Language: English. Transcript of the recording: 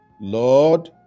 Lord